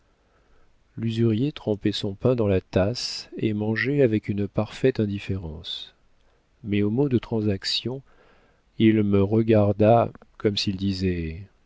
l'usurier trempait son pain dans la tasse et mangeait avec une parfaite indifférence mais au mot de transaction il me regarda comme s'il disait